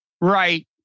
Right